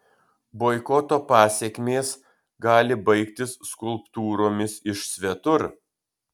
boikoto pasekmės gali baigtis skulptūromis iš svetur